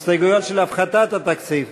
הסתייגויות של הפחתת התקציב,